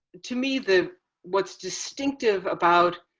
to me, the what's distinctive about